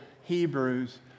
Hebrews